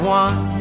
one